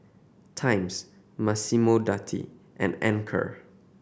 Times Massimo Dutti and Anchor